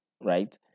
right